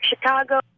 Chicago